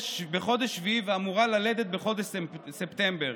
בחודש שביעי, ואמורה ללדת בחודש ספטמבר,